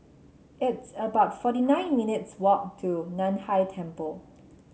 it's about forty nine minutes' walk to Nan Hai Temple